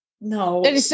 no